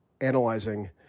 analyzing